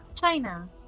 China